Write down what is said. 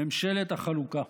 "ממשלת החלוקה"